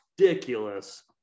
ridiculous